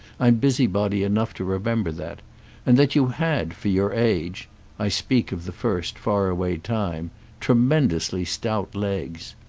i'm busybody enough to remember that and that you had, for your age i speak of the first far-away time tremendously stout legs.